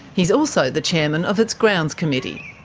he's also the chairman of its grounds committee.